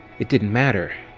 it didn't matter,